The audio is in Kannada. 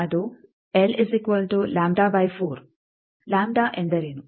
ಅದು ಎಂದರೇನು